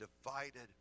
divided